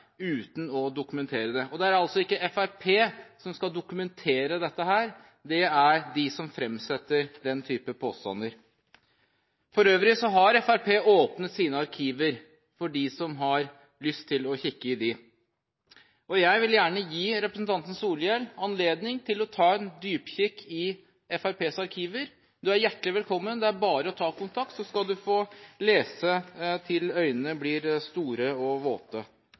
uten å dokumentere det. Og det er altså ikke Fremskrittspartiet som skal dokumentere dette, det er de som fremsetter den type påstander. For øvrig har Fremskrittspartiet åpnet sine arkiver for dem som har lyst til å kikke i dem. Jeg vil gjerne gi representanten Solhjell anledning til å ta et dypdykk i Fremskrittspartiets arkiver. Du er hjertelig velkommen, det er bare å ta kontakt, så skal du få lese til øynene blir store og våte.